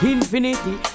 Infinity